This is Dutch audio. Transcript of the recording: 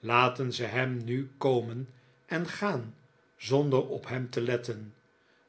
laten ze hem nu komen en gaan zonder op hem te letten